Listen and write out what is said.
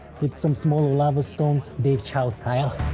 with some small lava stones. dave chow style.